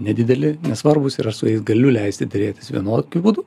nedideli nesvarbūs ir aš su jais galiu leisti derėtis vienokiu būdu